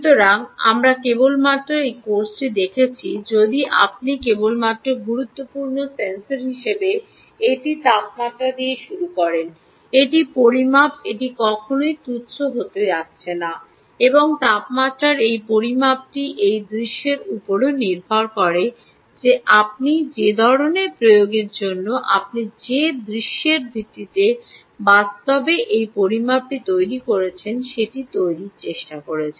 সুতরাং আমরা কেবলমাত্র এই কোর্সটি দেখছি যদি আপনি কেবলমাত্র গুরুত্বপূর্ণ সেন্সর হিসাবে এটি তাপমাত্রা দিয়ে শুরু করেন এটি পরিমাপ এটি কখনই তুচ্ছ হতে যাচ্ছে না এবং তাপমাত্রার এই পরিমাপটি সেই দৃশ্যের উপরও নির্ভর করে যে আপনি যে ধরণের প্রয়োগের জন্য আপনি যে দৃশ্যের ভিত্তিতে বাস্তবে এই পরিমাপটি তৈরি করছেন সেটি তৈরির চেষ্টা করছেন